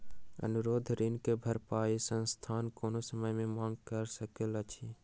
अनुरोध ऋण के भरपाई संस्थान कोनो समय मे मांग कय सकैत अछि